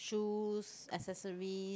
jewels accessories